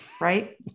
right